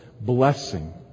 blessing